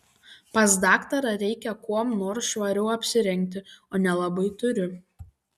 pas daktarą reikia kuom nors švariau apsirengti o nelabai turiu